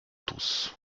tous